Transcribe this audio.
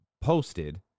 posted